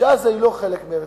שעזה אינה חלק מארץ-ישראל,